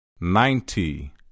Ninety